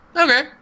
okay